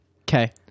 Okay